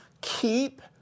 Keep